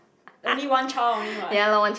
only one child only [what]